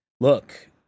look